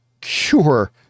cure